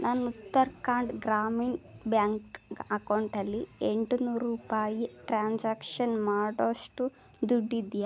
ನನ್ನ ಉತ್ತರಾಖಂಡ್ ಗ್ರಾಮೀಣ್ ಬ್ಯಾಂಕ್ ಅಕೌಂಟಲ್ಲಿ ಎಂಟು ನೂರು ರೂಪಾಯಿ ಟ್ರಾನ್ಸಾಕ್ಷನ್ ಮಾಡೋಷ್ಟು ದುಡ್ಡಿದೆಯಾ